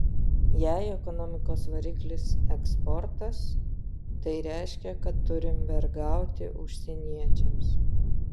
jei ekonomikos variklis eksportas tai reiškia kad turim vergauti užsieniečiams